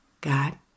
God